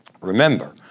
remember